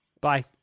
Bye